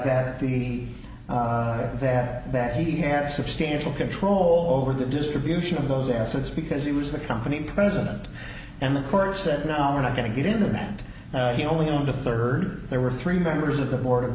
that the that that he had substantial control over the distribution of those assets because he was the company president and the court said no we're not going to get in and he only on the third there were three members of the board of